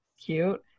cute